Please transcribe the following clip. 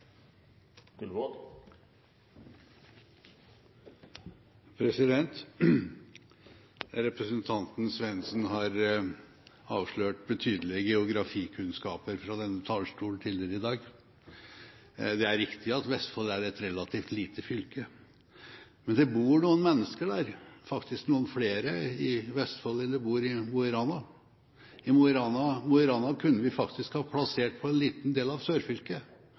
Representanten Svendsen har avslørt betydelige geografikunnskaper fra denne talerstolen tidligere i dag. Det er riktig at Vestfold er et relativt lite fylke, men det bor noen mennesker der, faktisk noen flere i Vestfold enn det bor i Mo i Rana. Mo i Rana kunne vi faktisk ha plassert på en liten del av sørfylket,